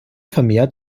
vermehrt